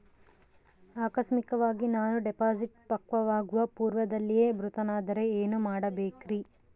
ಆಕಸ್ಮಿಕವಾಗಿ ನಾನು ಡಿಪಾಸಿಟ್ ಪಕ್ವವಾಗುವ ಪೂರ್ವದಲ್ಲಿಯೇ ಮೃತನಾದರೆ ಏನು ಮಾಡಬೇಕ್ರಿ?